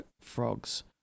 frogs